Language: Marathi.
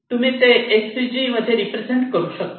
तुम्ही ते HCG मध्ये रिप्रेझेंट करू शकतात